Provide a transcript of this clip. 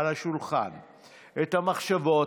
את המחשבות,